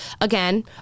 Again